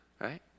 right